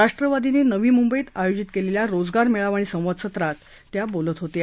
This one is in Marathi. राष्ट्रवादीने नवी मुंबईत आयोजित केलेल्या रोजगार मेळावा आणि संवाद सत्रात त्या बोलत होत्या